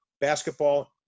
basketball